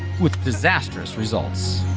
with disastrous results.